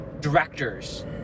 directors